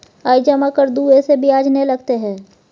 आय जमा कर दू ऐसे ब्याज ने लगतै है?